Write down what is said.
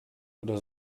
oder